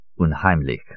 unheimlich